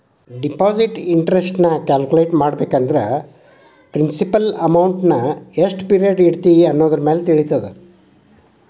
deposit interest ನ calculate ಮಾಡ್ಬೇಕಂದ್ರ principal ಅಮೌಂಟ್ನಾ ಎಷ್ಟ್ ಪಿರಿಯಡ್ ಇಡತಿ ಅನ್ನೋದರಮ್ಯಾಲೆ ತಿಳಿತದ